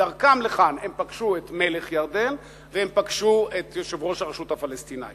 שבדרכם לכאן הם פגשו את מלך ירדן והם פגשו את יושב-ראש הרשות הפלסטינית.